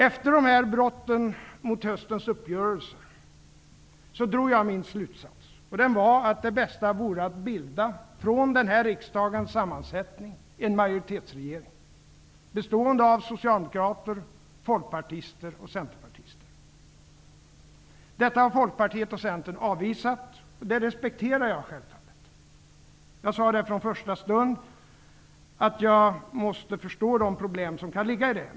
Efter alla brott mot höstens uppgörelser drog jag min slutsats, och den var: det bästa vore att bilda en majoritetsregering utifrån riksdagens nuvarande sammansättning, bestående av socialdemokrater, folkpartister och centerpartister. Detta har Folkpartiet och Centern avvisat. Det respekterar jag självfallet. Jag sade från första stund att jag förstår de problem som kan ligga i det.